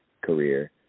career